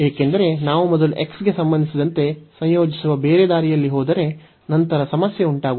ಏಕೆಂದರೆ ನಾವು ಮೊದಲು x ಗೆ ಸಂಬಂಧಿಸಿದಂತೆ ಸಂಯೋಜಿಸುವ ಬೇರೆ ದಾರಿಯಲ್ಲಿ ಹೋದರೆ ನಂತರ ಸಮಸ್ಯೆ ಉಂಟಾಗುತ್ತದೆ